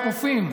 הקופים.